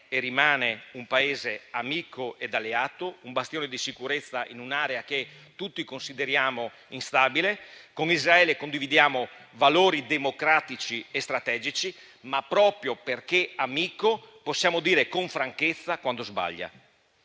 e rimane un Paese amico ed alleato, un bastione di sicurezza in un'area che tutti consideriamo instabile. Con Israele condividiamo valori democratici e strategici, ma proprio perché amico possiamo dire con franchezza quando sbaglia.